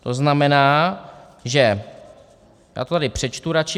To znamená, že já to tady přečtu raději.